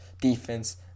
defense